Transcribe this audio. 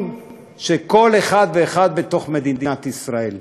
של כל אחד ואחד בתוך מדינת ישראל.